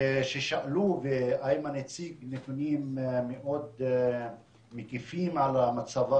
כששאלו ואיימן הציג נתונים מאוד מקיפים על מצבה